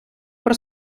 про